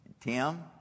Tim